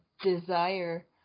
Desire